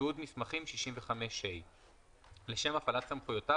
65ח.תיעוד ממצאים לשם הפעלת סמכויותיו,